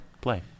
play